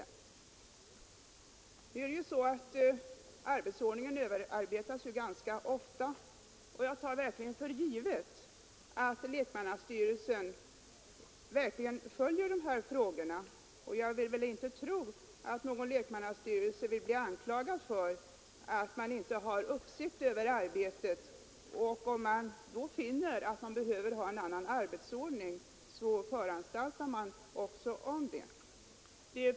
Nu är det på det sättet att arbetsordningen överarbetas ganska ofta, och jag tar verkligen för givet att lekmannastyrelserna följer dessa frågor. Jag vill inte tro att någon lekmannastyrelse vill bli anklagad för att den inte har uppsikt över arbetet. Om man finner att man behöver en annan arbetsordning än man har föranstaltar man således också om en sådan.